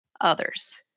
others